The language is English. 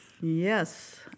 Yes